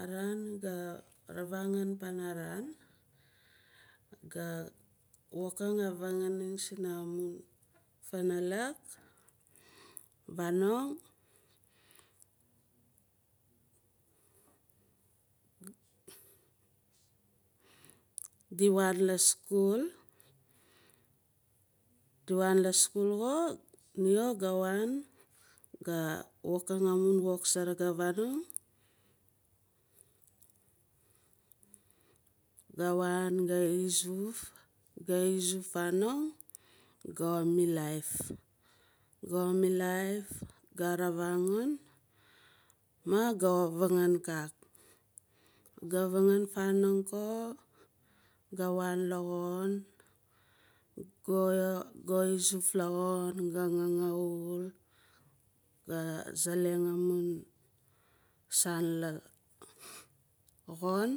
Araan ga vavagun panaran go wokang a vanganang si na mun vanalak vanong di wan la skul diwan la skul xo ni xo go wan go wokang amun wok saraga vanong. Ga wanga izuf ga izuf vanong ga milaaif. Ga milaaif ga vavangun ma ga vangan kak. Ga vangan vanong ko ga wan la xon ga izuf la xon ga gnagnaul ga salang a mun saan la xon